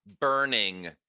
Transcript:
burning